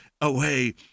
away